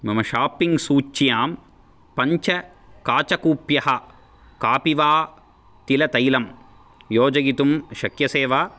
मम शाप्पिङ्ग् सूच्यां पञ्च काचकूप्यः कापिवा तिलतैलम् योजयितुं शक्यसे वा